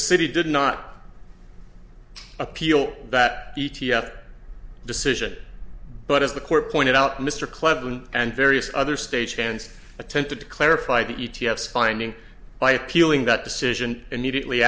city did not appeal that e t f decision but as the court pointed out mr clinton and various other stagehands attempted to clarify the e t f finding by appealing that decision immediately